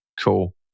Cool